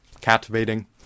captivating